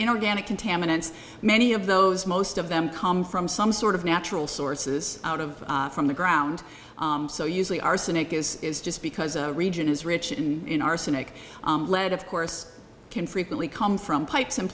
in organic contaminants many of those most of them come from some sort of natural sources out of from the ground so usually arsenic is is just because a region is rich in arsenic lead of course can frequently come from pipes